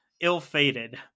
ill-fated